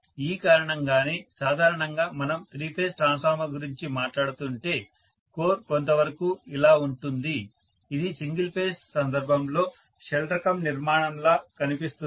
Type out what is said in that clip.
ఈ కారణంగానే సాధారణంగా మనం త్రీ ఫేజ్ ట్రాన్స్ఫార్మర్ గురించి మాట్లాడుతుంటే కోర్ కొంతవరకు ఇలా ఉంటుంది ఇది సింగిల్ ఫేజ్ సందర్భంలో షెల్ రకం నిర్మాణంలా కనిపిస్తుంది